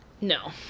No